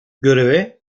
göreve